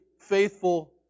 faithful